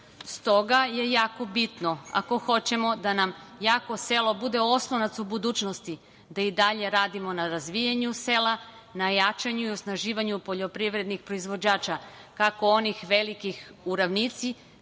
toga je jako bitno, ako hoćemo da nam jako selo bude oslonac u budućnosti, da i dalje radimo na razvijanju sela, na jačanju i osnaživanju poljoprivrednih proizvođača, kako onih velikih u ravnici,